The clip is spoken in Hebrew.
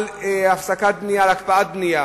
על הפסקת בנייה, על הקפאת בנייה,